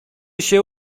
się